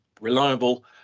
reliable